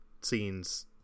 scenes